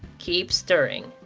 keep stirring.